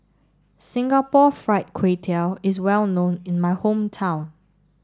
Singapore Fried Kway Tiao is well known in my hometown